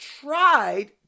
tried